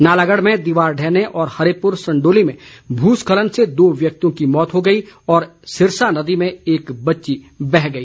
नालागढ़ में दीवार ढहने व हरिपुर संडोली में भूस्खलन से दो व्यक्तियों की मौत हो गई और सिरसा नदी में एक बच्ची बह गई